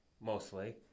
mostly